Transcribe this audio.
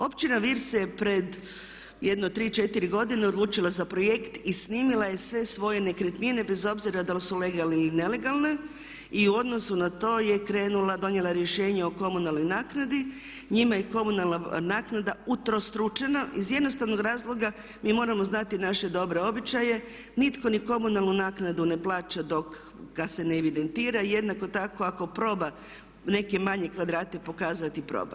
Općina Vir se pred jedno 3, 4 godine odlučila za projekt i snimila je sve svoje nekretnine bez obzira da li su legalne ili nelegalne i u odnosu na to je krenula, donijela rješenje o komunalnoj naknadi, njime je komunalna naknada utrostručena iz jednostavnog razloga, mi moramo znati naše dobre običaje nitko ni komunalnu naknadu ne plaća dok ga se ne evidentira, jednako tako ako proba neke manje kvadrate pokazati i proba.